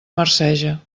marceja